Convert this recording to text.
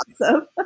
awesome